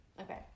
okay